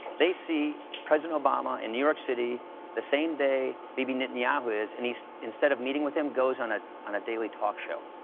they see president obama in new york city the same day bibi netanyahu is, and he's instead of meeting with him goes on a on a daily talk show.